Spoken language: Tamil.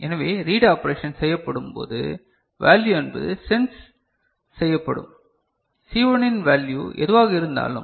எனவே ரீட் ஆப்பரேஷன் செய்யப்படும்போது வேல்யு என்பது சென்ஸ் செய்யப்படும் C 1 இன் வேல்யு எதுவாக இருந்தாலும்